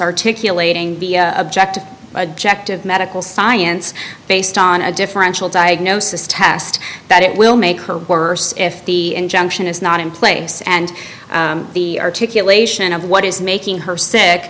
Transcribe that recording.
articulating the objective ject of medical science based on a differential diagnosis test that it will make her worse if the injunction is not in place and the articulation of what is making her sick